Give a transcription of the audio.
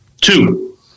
Two